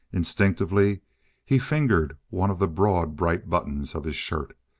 instinctively he fingered one of the broad bright buttons of his shirt.